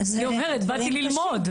היא אומרת: באתי ללמוד.